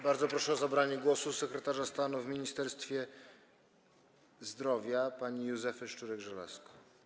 Bardzo proszę o zabranie głosu sekretarza stanu w Ministerstwie Zdrowia panią Józefę Szczurek-Żelazko.